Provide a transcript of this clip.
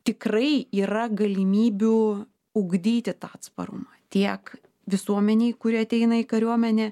tikrai yra galimybių ugdyti tą atsparumą tiek visuomenei kuri ateina į kariuomenę